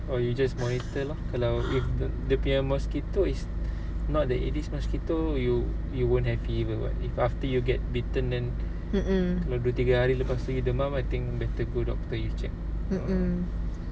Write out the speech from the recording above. mm mm mm mm